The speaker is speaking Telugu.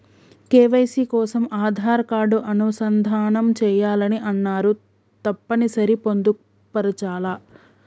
కే.వై.సీ కోసం ఆధార్ కార్డు అనుసంధానం చేయాలని అన్నరు తప్పని సరి పొందుపరచాలా?